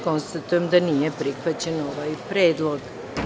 Konstatujem da nije prihvaćen ovaj predlog.